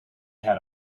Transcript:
had